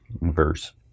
verse